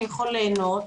אני יכול ליהנות,